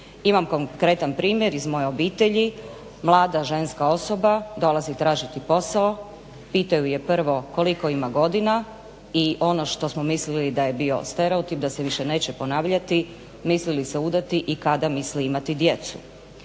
Imam konkretan primjer iz moje obitelji mlada ženska osoba dolazi tražiti posao, pitaju je prvo koliko ima godina i ono što smo mislili da je bio stereotip da se više neće ponavljati, misli li se udati i kada misli imati djecu.